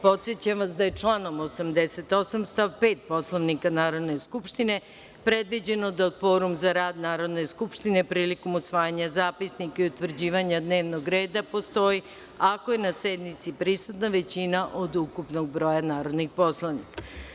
Podsećam vas da je članom 88. stav 5. Poslovnika Narodne skupštine predviđeno da kvorum za rad Narodne skupštine prilikom usvajanja zapisnika i utvrđivanja dnevnog reda postoji ako je na sednici prisutna većina od ukupnog broja narodnih poslanika.